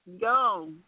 Go